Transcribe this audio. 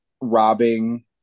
robbing –